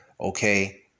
Okay